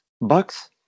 Bucks